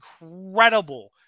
incredible